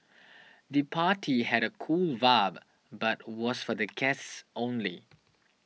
the party had a cool vibe but was for the guests only